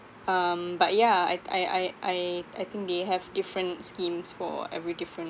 um but yeah I I I I I think they have different schemes for every different